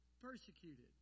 Persecuted